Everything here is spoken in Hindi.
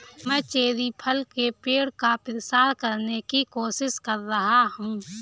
मैं चेरी फल के पेड़ का प्रसार करने की कोशिश कर रहा हूं